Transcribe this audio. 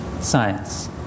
Science